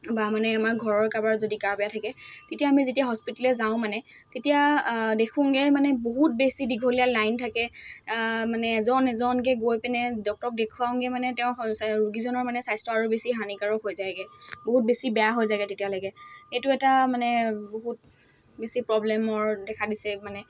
বা মানে আমাৰ ঘৰৰ কাৰোবাৰ যদি কাৰ বেয়া থাকে তেতিয়া আমি যেতিয়া হস্পিটেললৈ যাওঁ মানে তেতিয়া দেখোঁগৈ মানে বহুত বেছি দীঘলীয়া লাইন থাকে মানে এজন এজনকৈ গৈ পিনে ডক্টৰক দেখুৱাওঁগৈ মানে তেওঁ হয় চা ৰোগীজনৰ মানে স্বাস্থ্য আৰু বেছি হানিকাৰক হৈ যায়গৈ বহুত বেছি বেয়া হৈ যায়গৈ তেতিয়ালৈকে এইটো এটা মানে বহুত বেছি প্ৰব্লেমৰ দেখা দিছে মানে